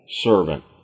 servant